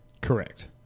Correct